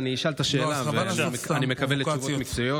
אני אשאל את השאלה, ואני מקווה לתשובות מקצועיות.